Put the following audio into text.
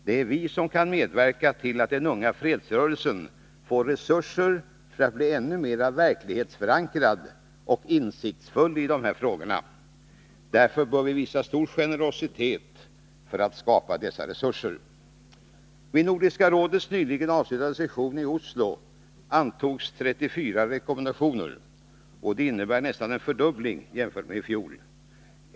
Det är vi som kan medverka till att den unga fredsrörelsen får resurser för att bli ännu mer verklighetsförankrad och insiktsfull i dessa frågor. Därför bör vi visa stor generositet för att skapa dessa resurser. Vid Nordiska rådets nyligen avslutade session i Oslo antogs 34 rekommendationer — vilket innebär nästan en fördubbling jämfört med i fjol.